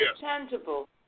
tangible